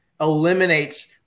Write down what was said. eliminates